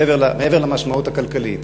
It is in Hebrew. מעבר למשמעות הכלכלית,